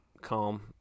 calm